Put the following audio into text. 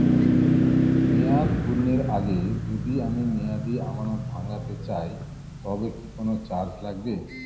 মেয়াদ পূর্ণের আগে যদি আমি মেয়াদি আমানত ভাঙাতে চাই তবে কি কোন চার্জ লাগবে?